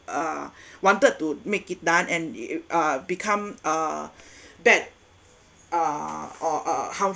uh wanted to make it done and uh become uh bad uh or or how